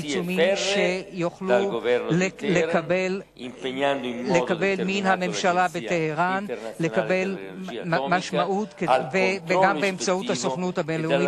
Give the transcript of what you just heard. צריך לקבל מן הממשלה בטהרן ערובות איתנות ולדרוש מהסוכנות הבין-לאומית